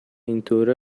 اینطوره